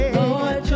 Lord